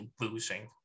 losing